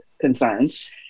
concerns